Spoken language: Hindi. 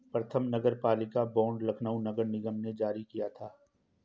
प्रथम नगरपालिका बॉन्ड लखनऊ नगर निगम ने जारी किया था